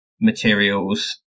materials